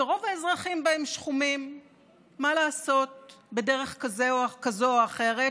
שרוב האזרחים בה הם שחומים בדרך כזאת או אחרת,